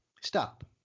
stop